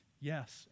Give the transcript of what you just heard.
Yes